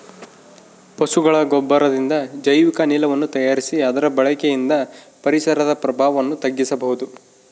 ಪಶುಗಳ ಗೊಬ್ಬರದಿಂದ ಜೈವಿಕ ಅನಿಲವನ್ನು ತಯಾರಿಸಿ ಅದರ ಬಳಕೆಯಿಂದ ಪರಿಸರದ ಪ್ರಭಾವವನ್ನು ತಗ್ಗಿಸಬಹುದು